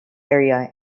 area